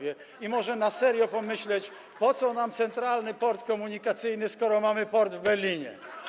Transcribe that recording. Że może na serio pomyśleć, po co nam Centralny Port Komunikacyjny, skoro mamy port w Berlinie.